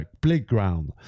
playground